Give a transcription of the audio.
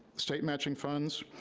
state matching funds,